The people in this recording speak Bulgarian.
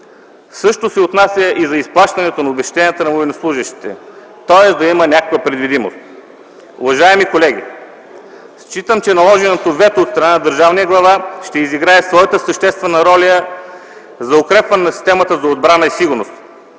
Същото се отнася и за изплащането на обезщетенията на военнослужещите. Тоест да има някаква предвидимост. Уважаеми колеги, считам, че наложеното вето от страна на държавния глава ще изиграе своята съществена роля за укрепване на системата за отбрана и сигурност